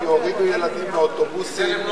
כי הורידו ילדים מאוטובוסים,